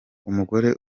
umugore